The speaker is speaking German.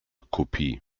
kopie